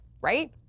right